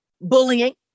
Bullying